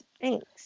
Thanks